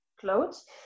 clothes